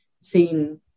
seen